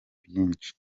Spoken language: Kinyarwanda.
byinshi